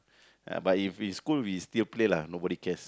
uh but if in school we still play lah nobody cares